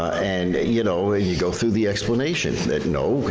and you know you go through the explanation, that no,